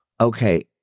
okay